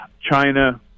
china